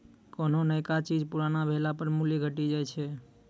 कोन्हो नयका चीज पुरानो भेला पर मूल्य घटी जाय छै